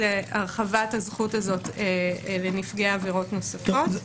להרחבת הזכות הזאת לנפגעי עבירות נוספות.